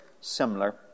similar